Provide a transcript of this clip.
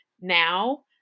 now